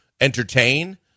entertain